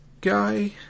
guy